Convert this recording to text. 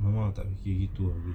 ya lah memang ah begitu